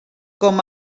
com